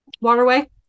waterway